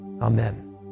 Amen